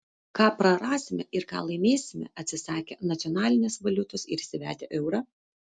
ką prarasime ir ką laimėsime atsisakę nacionalinės valiutos ir įsivedę eurą